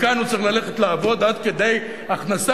מכאן הוא צריך ללכת לעבוד עד כדי הכנסה